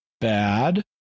bad